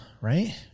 right